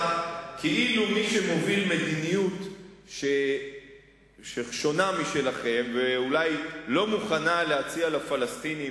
כאילו מי שמוביל מדיניות ששונה משלכם ואולי לא מוכנה להציע לפלסטינים